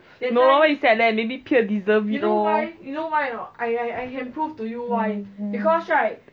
no wonder you sad leh maybe pierre deserve it lor